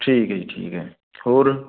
ਠੀਕ ਹੈ ਜੀ ਠੀਕ ਹੈ ਹੋਰ